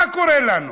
מה קורה לנו?